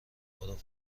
پرو